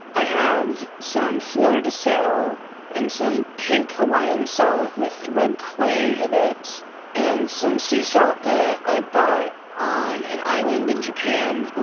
i have some fleur du sel and some pink hawaiian salt with red clay in it and some sea salt that i bought on an island in japan.